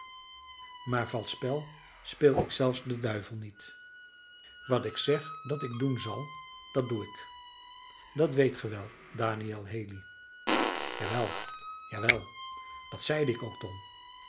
maar valsch spel speel ik zelfs den duivel niet wat ik zeg dat ik doen zal dat doe ik dat weet gij wel daniël haley ja wel ja wel dat zeide ik ook tom